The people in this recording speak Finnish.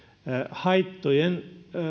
haittojen